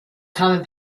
common